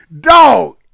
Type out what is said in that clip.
Dog